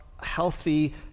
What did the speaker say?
healthy